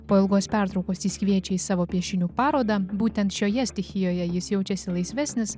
po ilgos pertraukos jis kviečia į savo piešinių parodą būtent šioje stichijoje jis jaučiasi laisvesnis